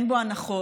אין בו הנחות.